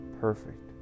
Perfect